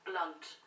blunt